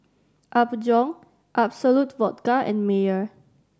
Apgujeong Absolut Vodka and Mayer